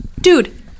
Dude